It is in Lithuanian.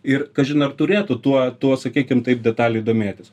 ir kažin ar turėtų tuo tuo sakykim taip detaliai domėtis